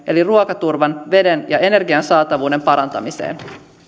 eli ruokaturvan veden ja energian saatavuuden parantamiseen